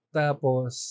tapos